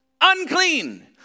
unclean